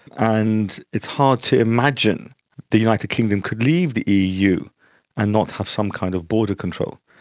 and it's hard to imagine the united kingdom could leave the eu and not have some kind of border control.